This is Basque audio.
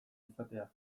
izatea